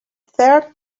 third